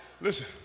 Listen